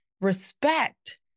respect